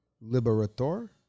Liberator